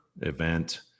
event